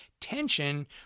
tension